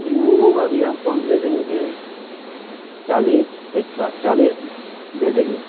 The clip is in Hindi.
वह अभी आपको दे देंगे चालीस एक का चालीस दे देंगे